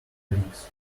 leaks